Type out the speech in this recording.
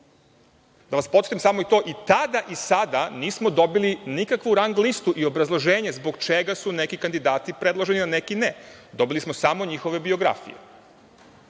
Da vas podsetim samo, i tada i sada nismo dobili nikakvu rang-listu i obrazloženje zbog čega su neki kandidati predloženi, a neki ne. Dobili smo samo njihove biografije. Kada